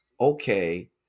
okay